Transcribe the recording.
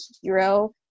hero